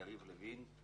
יריב לוין,